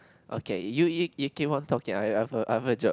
okay you you you keep on talking I I have I have a job